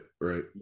right